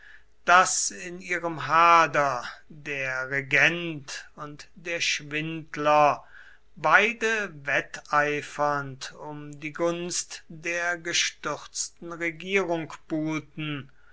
daß in ihrem hader der regent und der schwindler beide wetteifernd um die gunst der gestürzten regierung buhlten